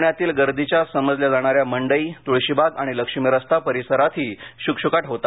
पुण्यातील गर्दीच्या समजल्या जाणाऱ्या मंडई तुळशीबाग आणि लक्ष्मी रस्ता परिसरातही शुकशुकाट होता